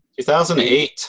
2008